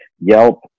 Yelp